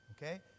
Okay